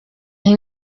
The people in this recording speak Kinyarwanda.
nti